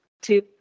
Two